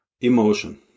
emotion